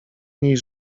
niej